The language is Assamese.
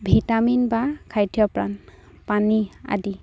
ভিটামিন বা খাদ্যপ্ৰাণ পানী আদি